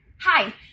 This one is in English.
hi